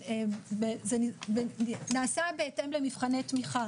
זה נעשה בהתאם למבחני תמיכה